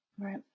Right